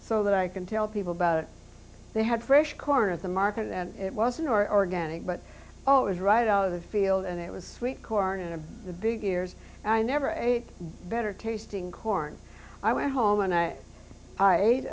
so that i can tell people about it they had fresh corn at the market and it was an organic but oh it was right out of the field and it was sweet corn into the big ears and i never ate better tasting corn i went home and i i ate